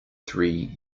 three